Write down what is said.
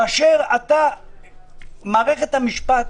כאשר מערכת המשפט